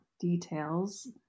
details